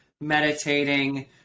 meditating